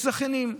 יש זכיינים.